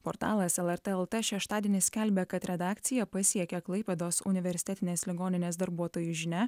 portalas lrt lt šeštadienį skelbia kad redakciją pasiekė klaipėdos universitetinės ligoninės darbuotojų žinia